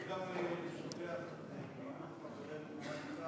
צריך גם לשבח את פעילות חברנו חיים כץ.